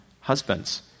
husbands